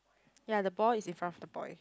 ya the ball is in front of the boy